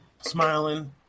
smiling